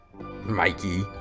Mikey